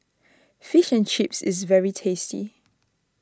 Fish and Chips is very tasty